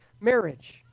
marriage